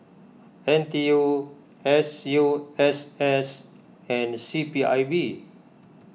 N T U S U S S and C P I B